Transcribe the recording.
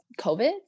COVID